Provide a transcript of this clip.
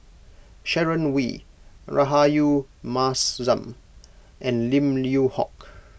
Sharon Wee Rahayu Mahzam and Lim Yew Hock